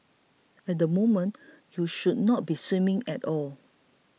at the moment you should not be swimming at all